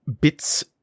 bits